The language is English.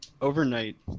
overnight